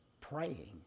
praying